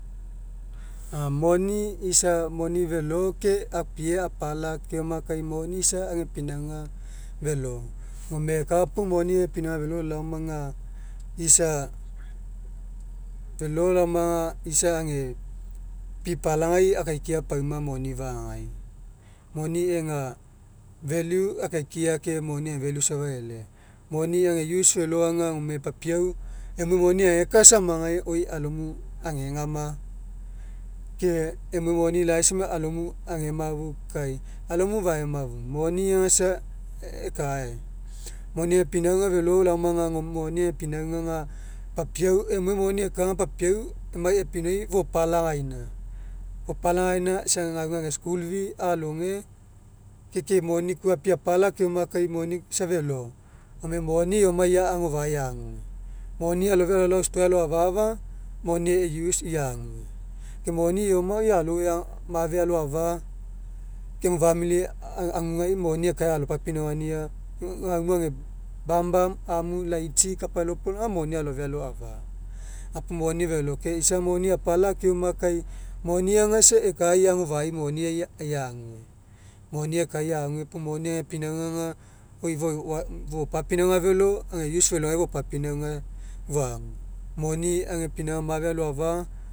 A moni isa moni felo ke apie apala keoma kai moni isa ega pinauga felo, gome kapapuo moni ega pinauga felo laoma aga isa felo laoma aga gome isa age pinaugai akaikia pauma moni fagagai. Moni ega value akaikia ke moni ega value safa e'ele. Gome moni ega usa felo laoma aga papaiau oi moni emuai eka aisama alomu agegama ke emuai moni lai sama alomu agemagu kai alomu faemafu, moni aga isa ekae. Moni ega pinauga felo laoma aga moni ega pinauga papiau emuai moni eka aga emai epinoi fopalagaina, fopalagaina isa gauga ega school fee aloge ke moni kua apie apala laoma kai moni isa felo. Gome monieoma ia agofa'ai ague. Moni aloafia alolao stoai alo afa'afa moni ega use ia ague. Moni eoma oi aloue mafe aloafa ke emu famili aguagugai moni ekae alopapinaugania gaumu ega bumbum amu laitsi kapaina lopolaga aga moni aloafia aloafa, gapuo moni felo. Ke isa apala keoma kai moni aga isa ekae ia agofa'ai moniai ia ague moni ekae ia ague puo moni ega pinauga aga oi fopapinauga felo age use felogai fopapinauga foagu moni age pinauga mafe aloafa